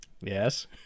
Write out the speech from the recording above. Yes